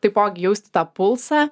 taipogi jaustų tą pulsą